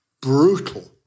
brutal